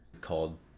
called